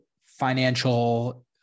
financial